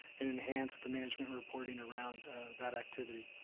and enhance the management reporting around that activity.